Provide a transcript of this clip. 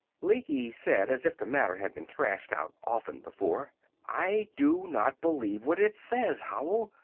lecky said, as if the matter had been thrashed out often before i do not believe what it says, howell!